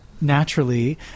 naturally